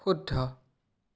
শুদ্ধ